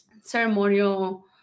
ceremonial